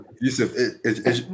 Yusuf